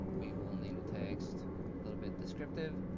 we will need a text a little bit descriptive.